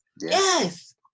Yes